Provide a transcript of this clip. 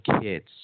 kids